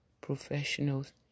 professionals